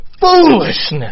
Foolishness